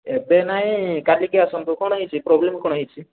ଏବେ ନାଇଁ କାଲି କି ଆସନ୍ତୁ କ'ଣ ହେଇଛି ପ୍ରୋବ୍ଲେମ୍ କ'ଣ ହେଇଛି